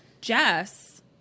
Jess